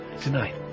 Tonight